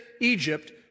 Egypt